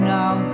now